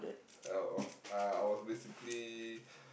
uh I uh I was basically